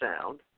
sound